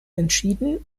entschieden